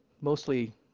Mostly